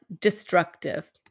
destructive